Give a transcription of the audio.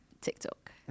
TikTok